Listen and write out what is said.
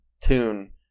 tune